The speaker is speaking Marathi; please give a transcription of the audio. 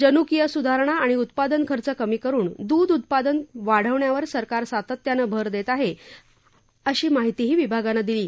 जनुकीय सुधारणा आणि उत्पादन खर्च कमी करुन दूध उत्पादन वाढवण्यावर सरकार सातत्यानं भर देत आहे अशी माहितीही विभागानं दिली आहे